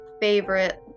favorite